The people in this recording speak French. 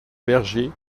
berger